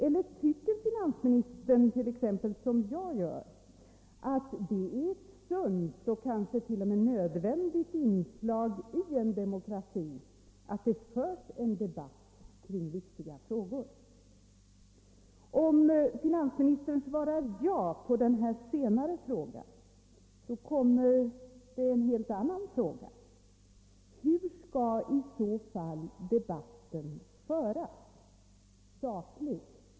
Eller tycker finansministern som jag att det är ett sunt och kanske t.o.m. nödvändigt inslag i en demokrati att det förs en debatt kring viktiga frågor? Om finansministern svarar ja på denna senare fråga, kommer det en helt annan fråga: Hur skall i så fall debatten föras? Sakligt?